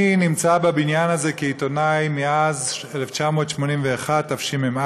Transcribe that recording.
אני נמצא בבניין הזה כעיתונאי מאז 1981, תשמ"א.